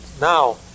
Now